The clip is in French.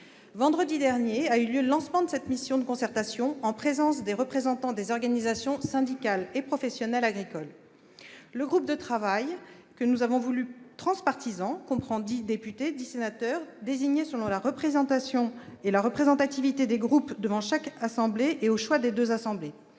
Vendredi dernier a eu lieu le lancement de cette mission de concertation en présence des représentants des organisations syndicales et professionnelles agricoles. Le groupe de travail, que nous avons voulu transpartisan, comprend dix députés et dix sénateurs, désignés selon la représentation et la représentativité des groupes devant chaque assemblée et au choix des deux assemblées.